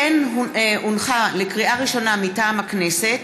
כמו כן הונחה לקריאה ראשונה, מטעם הכנסת,